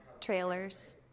trailers